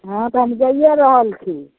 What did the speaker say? हँ तऽ हम जाइए रहल छी